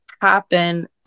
happen